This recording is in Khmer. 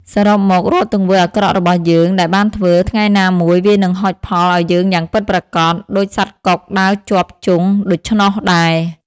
សរុបមក រាល់ទង្វើអាក្រក់របស់យើងដែលបានធ្វើ ថ្ងៃណាមួយវានឹងហុចផលអោយយើងយ៉ាងពិតប្រាកដ ដូចសត្វកុកដើរជាប់ជង់ដូច្នោះដេរ។